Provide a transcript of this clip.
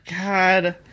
God